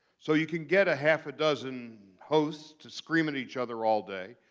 so you can get a half a dozen hosts to scream at each other all day.